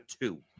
two